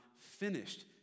finished